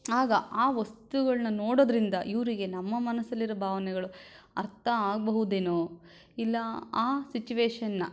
ಆಗ ಆ ವಸ್ತುಗಳನ್ನ ನೋಡೋದರಿಂದ ಇವರಿಗೆ ನಮ್ಮ ಮನಸ್ಸಲ್ಲಿ ಇರೋ ಭಾವನೆಗಳು ಅರ್ಥ ಆಗಬಹುದೇನೋ ಇಲ್ಲ ಆ ಸಿಚುವೇಷನನ್ನ